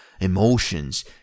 emotions